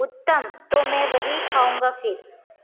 उत्तम तो मैं वही खाऊँगा फ़िर